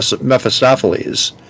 Mephistopheles